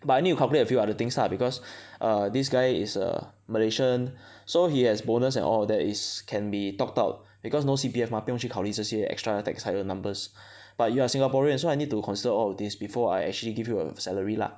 but I need to calculate a few other things lah because err this guy is a Malaysian so he has bonus and all of that is can be topped up because no C_P_F mah 不用去考虑这些 extra tax higher numbers but you are Singaporean so I need to consider all of these before I actually give you a salary lah